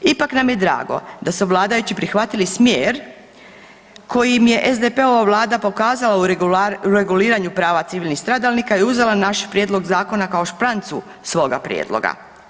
Ipak nam je drago da su vladajući prihvatili smjer kojim im je SDP-ova vlada pokazala u reguliranju prava civilnih stradalnika u uzela naš prijedlog zakona kao šprancu svoga prijedloga.